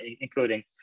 including